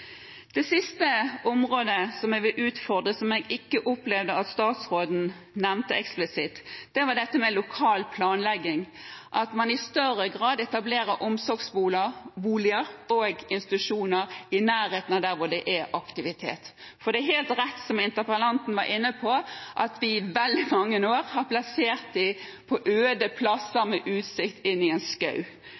Det siste området som jeg vil utfordre statsråden på, og som jeg ikke opplevde at statsråden nevnte eksplisitt, var dette med lokal planlegging, at man i større grad etablerer omsorgsboliger og institusjoner i nærheten av der hvor det er aktivitet. For det er helt rett, som interpellanten var inne på, at vi i veldig mange år har plassert dem på øde plasser med utsikt inn i en